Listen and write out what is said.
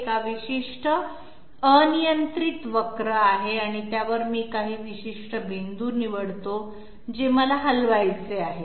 एक विशिष्ट अनियंत्रित कर्वीलिनीअर आहे आणि त्यावर मी काही विशिष्ट बिंदू निवडतो जे मला हलवायचे आहे